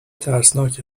ترسناک